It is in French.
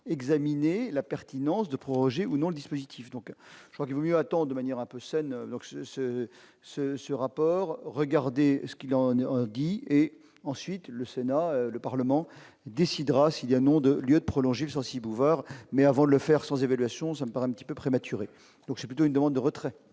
examiner la pertinence de prolonger ou non le dispositif, donc je crois que vous lui attend de manière un peu donc ce ce ce, ce rapport, regardez ce qu'il en est Guy et ensuite le Sénat, le Parlement décidera s'il y a un nom de lieu de prolonger Censi-Bouvard mais avant de le faire sans évaluation, ça me paraît un petit peu prématurée, donc c'est plutôt une demande de retrait.